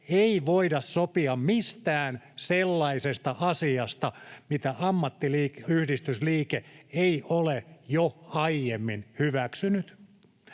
ei voida sopia mistään sellaisesta asiasta, mitä ammattiyhdistysliike ei ole jo aiemmin hyväksynyt.